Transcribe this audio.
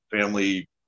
family